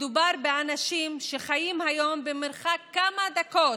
מדובר באנשים שחיים היום במרחק כמה דקות,